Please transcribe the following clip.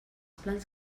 plans